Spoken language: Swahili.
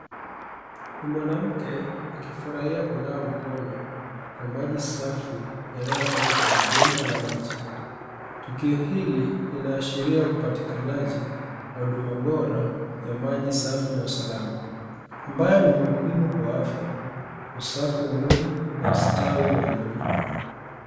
Ni mwanamke akifurahia kunawa mkono kwa maji safi yanayotoka kwenye bomba la maji. Tukio hili, linaashiria upatikanaji wa huduma bora ya maji safi na usalama, ambayo ni muhimu kwa afya, usafi wa mwili na ustawi wa jamii.